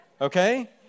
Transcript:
okay